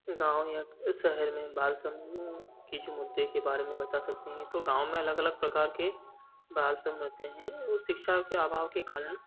गाँव या शहर में बाल समूहों की जो मुद्दे की बारे में बता सकते हैं तो गाँव में अलग अलग प्रकार के बाल श्रम रहते हैं वो शिक्षा के अभाव के कारण